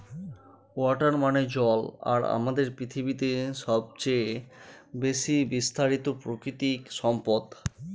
water মানে জল আর আমাদের পৃথিবীতে সবচেয়ে বেশি বিস্তারিত প্রাকৃতিক সম্পদ